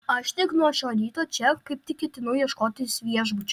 aš tik nuo šio ryto čia kaip tik ketinau ieškotis viešbučio